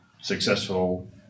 successful